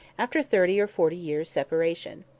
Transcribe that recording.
after thirty or forty years' separation.